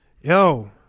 yo